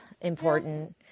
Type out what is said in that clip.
important